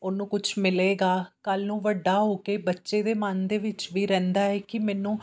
ਉਹਨੂੰ ਕੁਛ ਮਿਲੇਗਾ ਕੱਲ੍ਹ ਨੂੰ ਵੱਡਾ ਹੋ ਕੇ ਬੱਚੇ ਦੇ ਮਨ ਦੇ ਵਿੱਚ ਵੀ ਰਹਿੰਦਾ ਹੈ ਕਿ ਮੈਨੂੰ